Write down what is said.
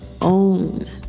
own